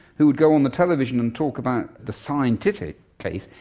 who would go on the television and talk about the scientific case,